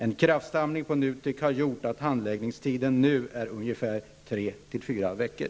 En kraftsamling på NUTEK har gjort att handläggningstiden nu är ungefär 3--4 veckor.